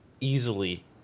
easily